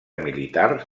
militar